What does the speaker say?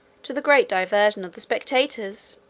to the great diversion of the spectators.